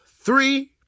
three